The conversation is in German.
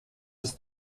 ist